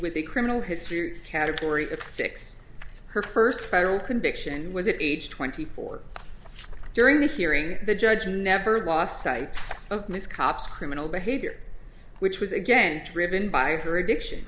with a criminal history category of six her first federal conviction was aged twenty four during the hearing the judge never lost sight of these cops criminal behavior which was again driven by her addiction